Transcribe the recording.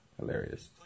hilarious